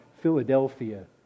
Philadelphia